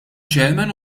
chairman